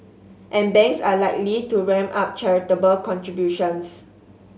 and banks are likely to ramp up charitable contributions